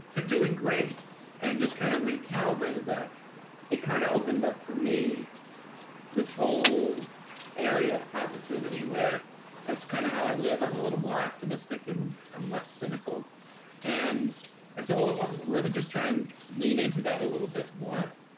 you're doing great and just kind of recalibrated that it kind of opened up for me this whole area of positivity where that's kind of how i live and a little more optimistic and i'm less cynical and so a little. well, let me just try and lean into that a little bit more,